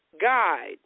guide